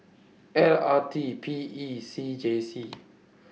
L R T P E C J C